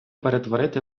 перетворити